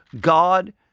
God